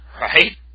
right